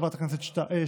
חברת הכנסת שפק,